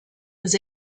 was